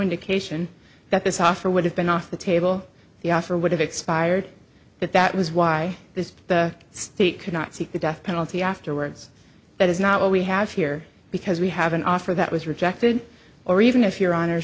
indication that this offer would have been off the table the offer would have expired but that was why this the state could not seek the death penalty afterwards that is not what we have here because we have an offer that was rejected or even if your hon